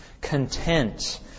Content